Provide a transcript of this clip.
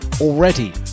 already